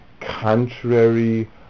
contrary